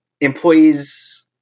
employees